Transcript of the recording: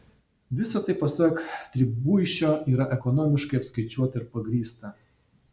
visa tai pasak tribuišio yra ekonomiškai apskaičiuota ir pagrįsta